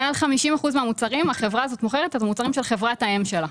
מעל 50 אחוזים מהמוצרים החברה הזאת מוכרת הם מוצרים של חברת האם שלה.